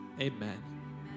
amen